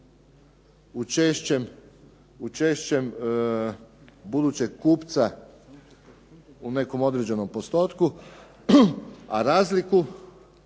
učešćem budućeg kupca u nekom određenom postotku a razliku